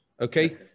okay